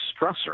stressor